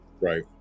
right